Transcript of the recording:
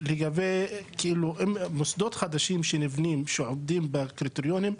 באשר למוסדות לימוד חדשים שנבנים ושעומדים בקריטריונים,